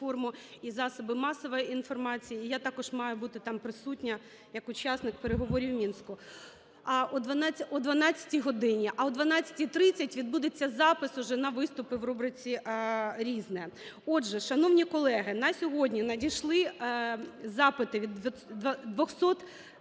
і засоби масової інформації. Я також маю бути там присутня як учасник переговорів в Мінську. О 12 годині. А о 12:30 відбудеться запис уже на виступи в рубриці "Різне". 11:33:47 ГОЛОВУЮЧИЙ. Отже, шановні колеги, на сьогодні надійшли запити від… 217